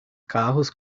carros